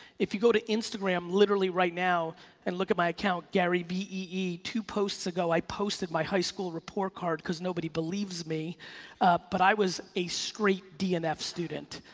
if you go to instagram literally right now and look at my account garyvee two posts ago, i posted my high school report card cause nobody believes me but i was a straight d and f student.